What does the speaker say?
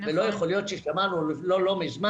ולא יכול להיות כמו ששמענו לא מזמן,